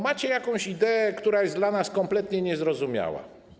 Macie jakąś ideę, która jest dla nas kompletnie niezrozumiała.